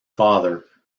father